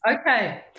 Okay